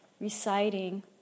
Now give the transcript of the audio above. reciting